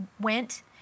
went